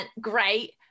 great